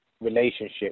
relationship